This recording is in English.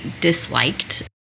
disliked